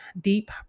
deep